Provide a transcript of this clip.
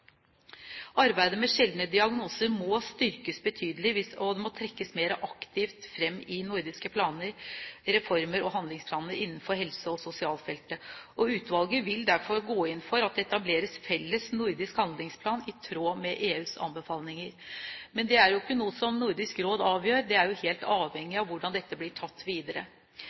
Arbeidet med sjeldne diagnoser må styrkes betydelig, og det må trekkes mer aktivt fram i nordiske planer, reformer og handlingsplaner innenfor helse- og sosialfeltet. Utvalget vil derfor gå inn for at det etableres en felles nordisk handlingsplan i tråd med EUs anbefalinger. Det er ikke noe som Nordisk Råd avgjør, det er helt avhengig av hvordan dette blir tatt videre.